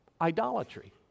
idolatry